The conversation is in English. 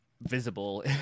visible